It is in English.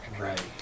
Right